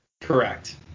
Correct